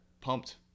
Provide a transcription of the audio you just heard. pumped